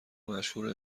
مشهور